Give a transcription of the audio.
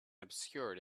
obscured